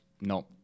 no